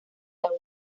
tabú